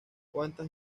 cuantas